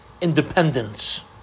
independence